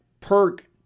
Perk